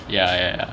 ya ya ya